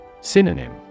Synonym